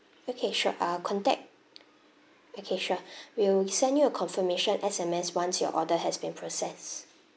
okay sure uh contact okay sure we'll send you a confirmation S_M_S once your order has been processed